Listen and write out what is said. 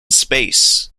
space